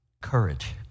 courage